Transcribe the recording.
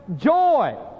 joy